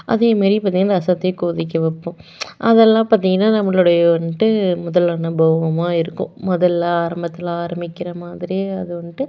அதேமாரி பார்த்தீங்கன்னா ரசத்தையும் கொதிக்க வைப்போம் அதெல்லாம் பார்த்தீங்கன்னா நம்மளுடைய வந்துட்டு முதல் அனுபவமாக இருக்கும் முதல்ல ஆரம்பத்தில் ஆரம்மிக்கிற மாதிரி அது வந்துட்டு